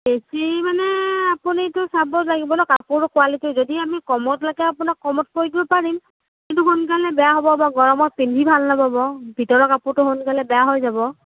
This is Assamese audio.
বেছি মানে আপুনিটো চাব লাগিব ন' কাপোৰৰ কোৱালিটি যদি আমি কমত লাগে আপোনাক কমত কৰি দিব পাৰিম কিন্তু সোনকালে বেয়া হ'ব বা গৰমত পিন্ধি ভাল নাপাব ভিতৰৰ কাপোৰটো সোনকালে বেয়া হৈ যাব